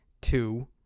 Two